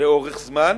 לאורך זמן